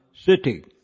City